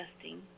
testing